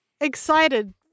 excited